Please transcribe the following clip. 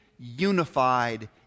Unified